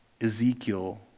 Ezekiel